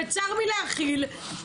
היו"ר מירב בן ארי (יו"ר ועדת ביטחון הפנים):